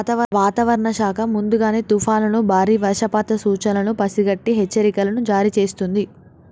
వాతావరణ శాఖ ముందుగానే తుఫానులను బారి వర్షపాత సూచనలను పసిగట్టి హెచ్చరికలను జారీ చేస్తుంది